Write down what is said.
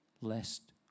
lest